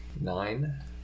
Nine